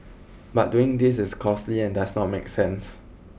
but doing this is costly and does not make sense